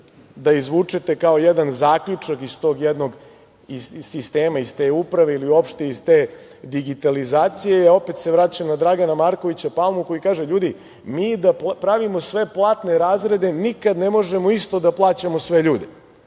da izvučete kao jedan zaključak iz tog jednog sistema, iz te uprave, ili uopšte iz te digitalizacije? Opet se vraćam na Dragana Markovića Palmu, koji kaže - ljudi, mi da pravimo sve platne razrede, nikad ne možemo isto da plaćamo sve ljude,